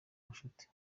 bucuti